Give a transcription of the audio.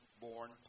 born